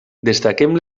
destaquem